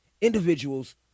individuals